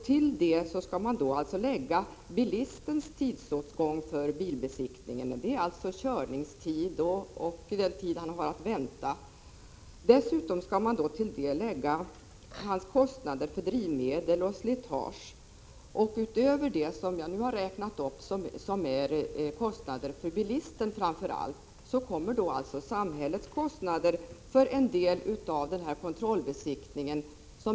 Till det skall man lägga bilistens tidsåtgång i samband med besiktningen. Det är alltså körtiden och den tid han får vänta. Dessutom skall man till det lägga hans kostnader för drivmedel och slitage. Utöver det som jag nu har räknat upp, som är kostnader för bilisten, kommer samhällets kostnader för kontrollbesiktningen.